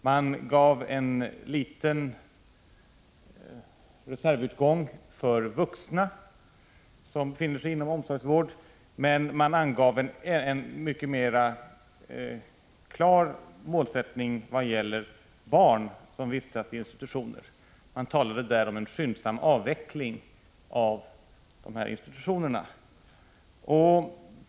Man lämnade en liten reservutgång för vuxna som befinner sig inom omsorgsvård, men man angav en mycket mera klar målsättning vad gäller barn som vistas i institutioner. Man talade där om en skyndsam avveckling av institutionerna.